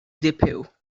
depew